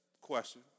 question